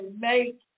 make